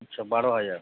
আচ্ছা বারো হাজার